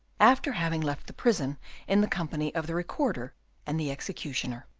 after having left the prison in the company of the recorder and the executioner.